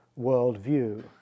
worldview